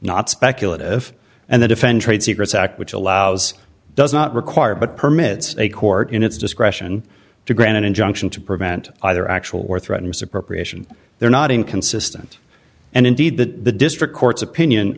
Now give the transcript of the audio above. not speculative and the defend trade secrets act which allows doesn't require but permits a court in its discretion to grant an injunction to prevent either actual or threaten misappropriation they're not inconsistent and indeed that the district court's opinion